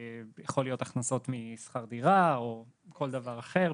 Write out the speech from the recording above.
זה יכול להיות הכנסות משכר דירה או כל דבר אחר,